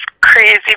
crazy